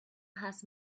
has